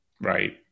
Right